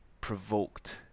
provoked